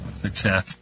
success